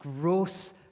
gross